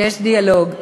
שיש דיאלוג,